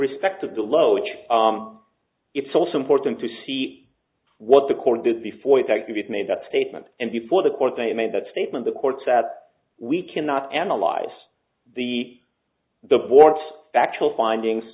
respect to below which it's also important to see what the court did before effective it made that statement and before the court they made that statement the courts that we cannot analyze the the board's factual findings